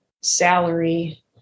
salary